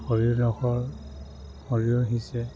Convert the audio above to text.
সৰিয়হডোখৰ সৰিয়হ সিঁচে